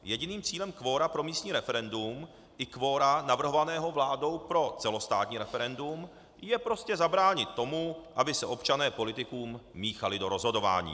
Jediným cílem kvora pro místní referendum i kvora navrhovaného vládou pro celostátní referendum je prostě zabránit tomu, aby se občané politikům míchali do rozhodování.